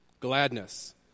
Gladness